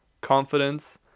confidence